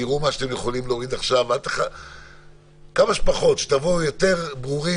תראו מה שאתם יכולים להוריד עכשיו כדי שתבואו יותר ברורים.